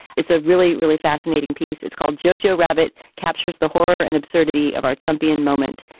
it's a really, really fascinating piece. it's called joe-joe rabbit captures the horror and absurdity of our trumpian moment,